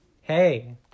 Hey